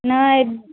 न ए